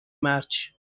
مرج